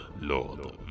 Lord